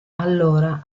allora